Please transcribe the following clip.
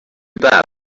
bad